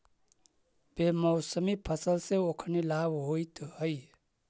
बेमौसमी फसल से ओखनी लाभ होइत हइ